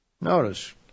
Notice